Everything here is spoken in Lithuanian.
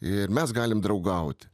ir mes galim draugauti